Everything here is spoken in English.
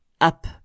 Up